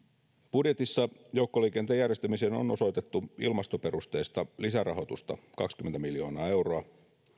budjetissa joukkoliikenteen järjestämiseen on osoitettu ilmastoperusteista lisärahoitusta kaksikymmentä miljoonaa euroa